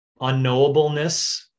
unknowableness